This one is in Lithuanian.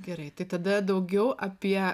gerai tai tada daugiau apie